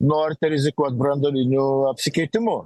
norite rizikuot branduoliniu apsikeitimu